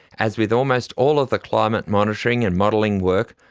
as with almost all of the climate monitoring and modelling work,